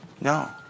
no